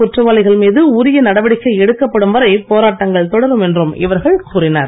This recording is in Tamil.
குற்றவாளிகள் மீது உரிய நடவடிக்கை எடுக்கப்படும் வரை போராட்ட்டங்கள் தொடரும் என்றும் இவர்கள் கூறினர்